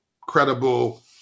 credible